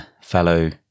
fellow